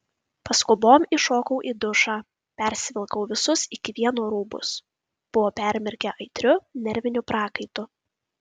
paskubom įšokau į dušą persivilkau visus iki vieno rūbus buvo permirkę aitriu nerviniu prakaitu